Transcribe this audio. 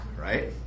right